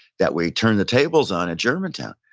that we turned the tables on at germantown.